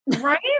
Right